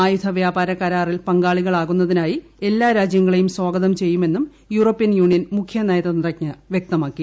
ആയുധ വ്യാപാര കരാറിൽ പങ്കാളികളാകുന്നതിനായി എല്ലാരാജ്യങ്ങളും സ്വാഗതം ചെയ്യു മെന്നും യൂറോപ്യൻ യൂണിയൻ മുഷ്യൂ ന്യ്തന്ത്രജ്ഞ വ്യക്തമാക്കി